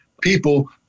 people